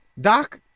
Doc